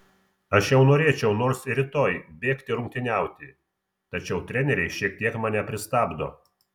aš jau norėčiau nors ir rytoj bėgti rungtyniauti tačiau treneriai šiek tiek mane pristabdo